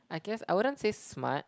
I guess I wouldn't say smart